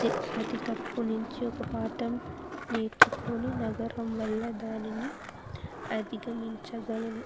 ప్రతి తప్పు నుంచి ఒక పాఠం నేర్చుకుని నగరం వల్ల దానిని అధిగమించగలను